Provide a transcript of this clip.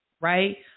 Right